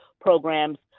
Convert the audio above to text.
programs